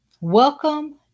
Welcome